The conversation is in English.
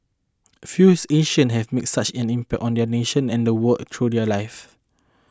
fews Asians have made such an impact on their nations and world through their lives